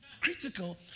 critical